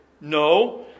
No